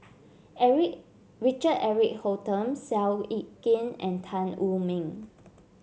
Eric Richard Eric Holttum Seow Yit Kin and Tan Wu Meng